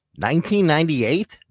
1998